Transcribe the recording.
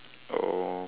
or